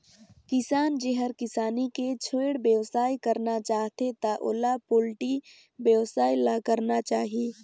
किसान जेहर किसानी के छोयड़ बेवसाय करना चाहथे त ओला पोल्टी बेवसाय ल करना चाही